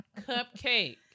cupcake